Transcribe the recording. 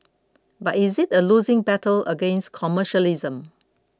but is it a losing battle against commercialism